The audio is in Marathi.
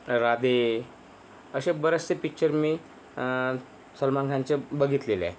राधे असे बरेचसे पिच्चर मी सलमान खानचे बघितलेले आहेत